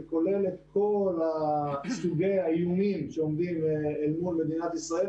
שכולל את כל סוגי האיומים שעומדים אל מול מדינת ישראל,